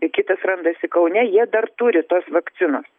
kitas randasi kaune jie dar turi tos vakcinos